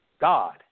God